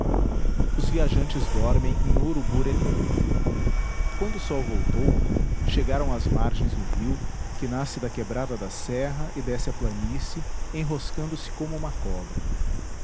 os viajantes dormem em uruburetama quando o sol voltou chegaram às margens do rio que nasce da quebrada da serra e desce a planície enroscando se como uma cobra